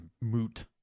moot